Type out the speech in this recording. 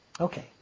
Okay